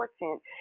important